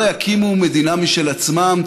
אם הם לא יקימו מדינה משל עצמם,